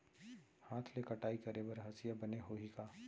हाथ ले कटाई करे बर हसिया बने होही का?